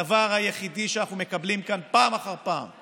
הדבר היחיד שאנחנו מקבלים כאן פעם אחר פעם הוא